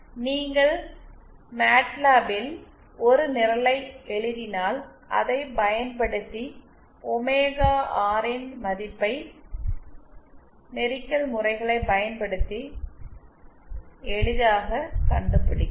நீங்கள் மேட்லேபில் ஒரு நிரலை எழுதினால் அதை பயன்படுத்தி ஒமேகா ஆர் இன் மதிப்பை நெரிக்கல் முறைகளைப் பயன்படுத்தி எளிதாகக் கண்டுபிடிக்கலாம்